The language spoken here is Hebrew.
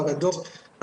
חרדות,